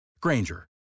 Granger